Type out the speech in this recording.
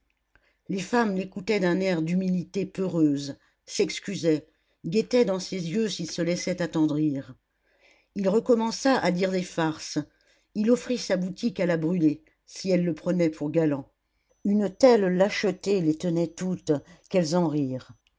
les femmes l'écoutaient d'un air d'humilité peureuse s'excusaient guettaient dans ses yeux s'il se laissait attendrir il recommença à dire des farces il offrit sa boutique à la brûlé si elle le prenait pour galant une telle lâcheté les tenait toutes qu'elles en rirent